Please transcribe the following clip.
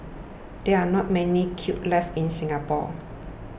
there are not many kilns left in Singapore